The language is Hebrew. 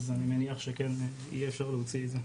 אז אני מניח שכן יהיה אפשר להוציא את זה.